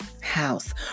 house